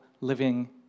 living